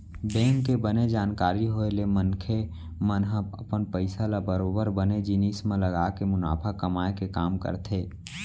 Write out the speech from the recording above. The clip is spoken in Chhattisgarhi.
बेंक के बने जानकारी होय ले मनखे मन ह अपन पइसा ल बरोबर बने जिनिस म लगाके मुनाफा कमाए के काम करथे